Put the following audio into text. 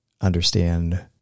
understand